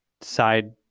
side